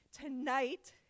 Tonight